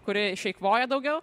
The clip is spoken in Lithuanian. kuri išeikvoja daugiau